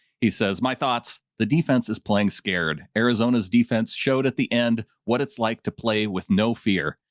he says my thoughts, the defense is playing scared. arizona's defense showed at the end, what it's like to play with no fear.